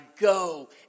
go